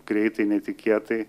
greitai netikėtai